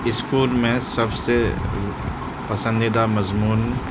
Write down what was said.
طسچحہہلظ school میں سب سے پسندیدہ مضمون